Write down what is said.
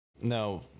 No